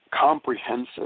comprehensive